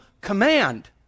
command